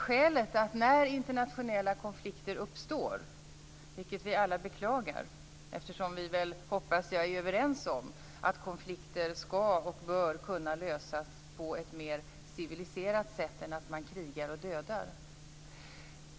Vi beklagar alla att internationella konflikter uppstår eftersom vi, hoppas jag, är överens om att konflikter skall och bör kunna lösas på ett mer civiliserat sätt än att man krigar och dödar.